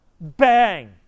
Bang